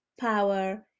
power